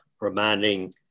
reminding